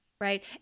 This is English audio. Right